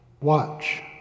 Watch